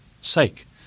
sake